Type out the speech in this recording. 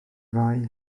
fai